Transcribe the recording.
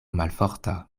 malforta